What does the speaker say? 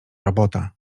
robota